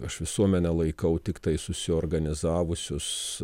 aš visuomenę laikau tiktai susiorganizavusius